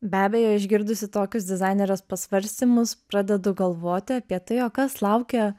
be abejo išgirdusi tokius dizainerės pasvarstymus pradedu galvoti apie tai o kas laukia